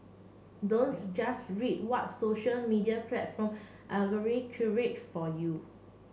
don't just read what social media platform curate for you